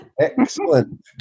Excellent